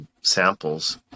Samples